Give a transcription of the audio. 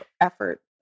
effort